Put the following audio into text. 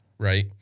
Right